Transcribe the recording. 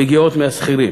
מגיעות מהשכירים.